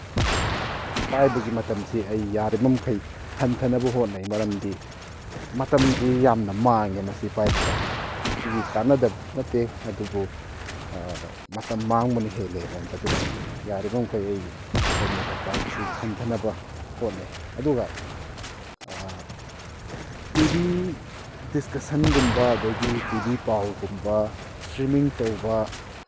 ꯄꯥꯏꯕꯒꯤ ꯃꯇꯝꯁꯤ ꯑꯩ ꯌꯥꯔꯤꯕꯃꯈꯩ ꯍꯟꯊꯅꯕ ꯍꯣꯠꯅꯩ ꯃꯔꯝꯗꯤ ꯃꯇꯝꯁꯤ ꯌꯥꯝꯅ ꯃꯥꯡꯉꯦ ꯃꯁꯤ ꯄꯥꯏꯕ ꯀꯥꯟꯗ ꯃꯁꯤꯒꯤ ꯀꯥꯟꯅꯗꯕꯗꯤ ꯅꯠꯇꯦ ꯑꯗꯨꯕꯨ ꯃꯇꯝ ꯃꯥꯡꯕꯅ ꯍꯦꯜꯂꯤ ꯑꯩꯉꯣꯟꯗ ꯑꯗꯨꯅ ꯌꯥꯔꯤꯕ ꯃꯈꯩ ꯑꯩ ꯁꯣꯁꯦꯜ ꯃꯦꯗꯤꯌꯥ ꯄꯥꯏꯕꯁꯤ ꯍꯟꯊꯅꯕ ꯍꯣꯠꯅꯩ ꯑꯗꯨꯒ ꯇꯤ ꯚꯤ ꯗꯤꯁꯀꯁꯟꯒꯨꯝꯕ ꯑꯗꯒꯤ ꯇꯤ ꯚꯤ ꯄꯥꯎꯒꯨꯝꯕ ꯏꯁꯇ꯭ꯔꯤꯃꯤꯡ ꯇꯧꯕ